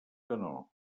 canó